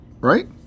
Right